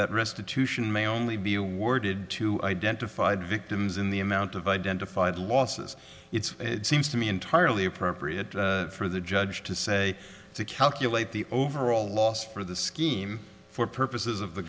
that restitution may only be awarded to identified victims in the amount of identified losses it's seems to me entirely appropriate for the judge to say to calculate the overall loss for the scheme for purposes of the